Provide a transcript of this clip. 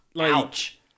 Ouch